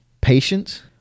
patience